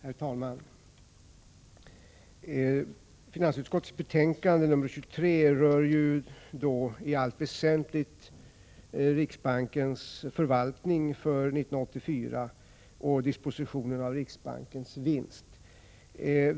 Herr talman! Finansutskottets betänkande nr 23 rör i allt väsentligt riksbankens förvaltning för 1984 och dispositionen av riksbankens vinst.